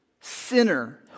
sinner